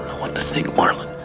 what to think, marlon.